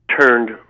turned